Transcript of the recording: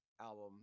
album